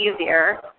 easier